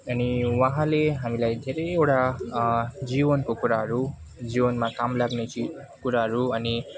अनि उहाँले हामीलाई धेरैवटा जीवनको कुराहरू जीवनमा काम लाग्ने चिज कुराहरू अनि